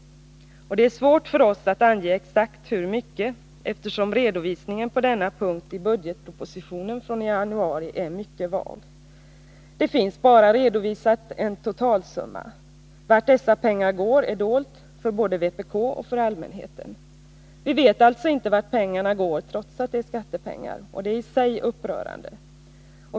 Det är svårt för oss att exakt ange hur mycket, eftersom redovisningen på denna punkt i budgetpropositionen från i januari är mycket vag. Det har bara redovisats en totalsumma. Vart dessa pengar går är dolt både för vpk och för allmänheten. Vi vet alltså inte vart pengarna går, trots att det är skattepengar, och det är i sig upprörande.